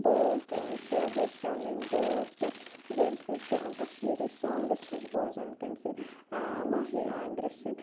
بٲتھ شریا گوشرالٕنۍ بٲتھ تہٕ ییٚمہِ سٕنٛز کَشمیٖری سونٛگٕس چھَس بوزان کٔمۍ سٕنٛدۍ ماہی عامرٕ سٕنٛدۍ